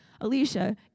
Alicia